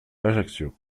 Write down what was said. ajaccio